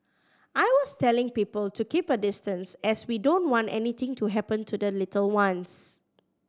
I was telling people to keep a distance as we don't want anything to happen to the little ones